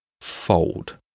fold